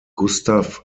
gustav